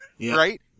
right